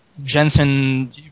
Jensen